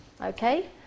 okay